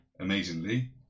amazingly